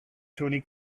tony